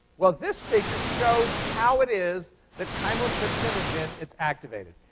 well, this figure shows how it is that chymotrypsinogen, it's activated.